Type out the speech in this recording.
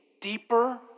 deeper